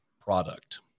product